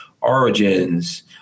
Origins